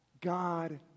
God